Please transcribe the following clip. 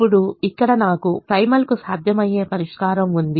ఇప్పుడు ఇక్కడ నాకు ప్రైమల్కు సాధ్యమయ్యే పరిష్కారం ఉంది